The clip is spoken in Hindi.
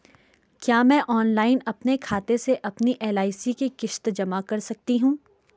क्या मैं ऑनलाइन अपने खाते से अपनी एल.आई.सी की किश्त जमा कर सकती हूँ?